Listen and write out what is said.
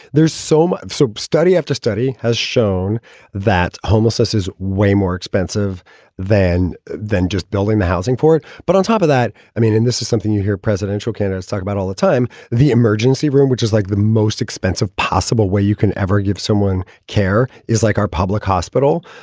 there's so much of sub study after study has shown that homelessness is way more expensive than than just building the housing for it. but on top of that, i mean, and this is something you hear presidential candidates talk about all the time. the emergency room, which is like the most expensive possible way you can ever give someone care, is like our public hospital.